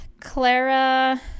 Clara